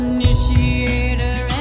Initiator